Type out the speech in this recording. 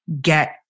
get